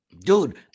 Dude